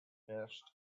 finished